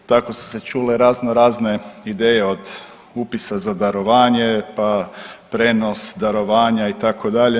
Tako su se čule raznorazne ideje od upisa za darovanje, pa prijenos darovanja itd.